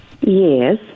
Yes